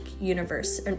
universe